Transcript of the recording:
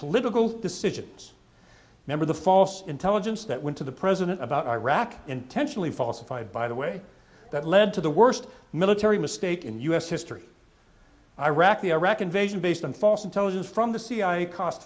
political decisions remember the false intelligence that went to the president about iraq intentionally falsified by the way that led to the worst military mistake in u s history iraq the iraq invasion based on false intelligence from the cia cost